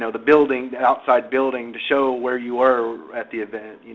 so the building, the outside building to show where you were at the event,